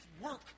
work